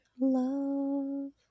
love